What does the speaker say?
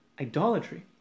idolatry